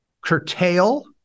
curtail